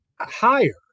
higher